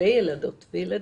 ילדות וילדים.